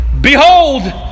behold